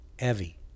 Evie